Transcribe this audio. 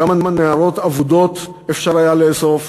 כמה נערות אבודות אפשר היה לאסוף?